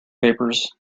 papers